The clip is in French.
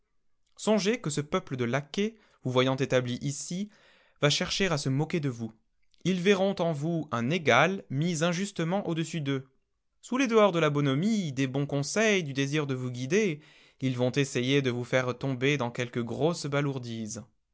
songez que ce peuple de laquais vous voyant établi ici va chercher à se moquer de vous ils verront en vous un égal mis injustement au-dessus d'eux sous les dehors de la bonhomie des bons conseils du désir de vous guider ils vont essayer de vous faire tomber dans quelque grosse balourdise